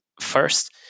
First